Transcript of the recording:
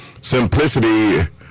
Simplicity